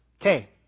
Okay